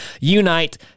unite